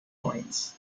points